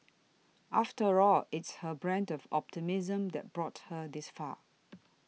after all it's her brand of optimism that brought her this far